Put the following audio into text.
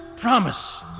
promise